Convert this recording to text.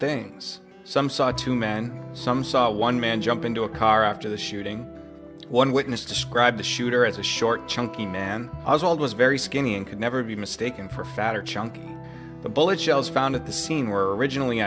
two men some saw one man jump into a car after the shooting one witness described the shooter as a short chunky man i was always very skinny and could never be mistaken for fatter chunk of bullet shells found at the scene where originally